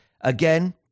Again